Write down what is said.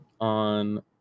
on